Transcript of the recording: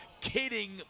kidding